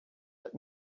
but